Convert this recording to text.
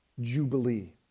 jubilee